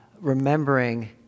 remembering